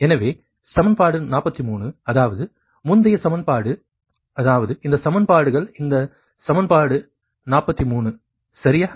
எனவே சமன்பாடு 43 அதாவது முந்தைய சமன்பாடு அதாவது இந்த சமன்பாடுகள் இந்த சமன்பாடு சமன்பாடு 43 சரியா